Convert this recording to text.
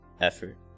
effort